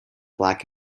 black